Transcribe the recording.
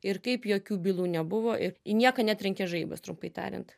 ir kaip jokių bylų nebuvo ir į nieką netrenkė žaibas trumpai tariant